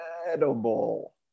Incredible